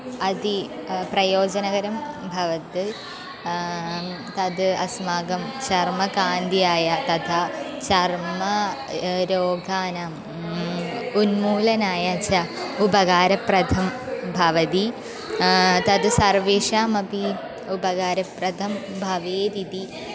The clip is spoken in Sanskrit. अति प्रयोजनकरं अभवत् तद् अस्माकं चर्मकान्तियाय तथा चर्म रोगाणाम् उन्मूलनाय च उपकारप्रदं भवति तद् सर्वेषामपि उपकारप्रदं भवेत् इति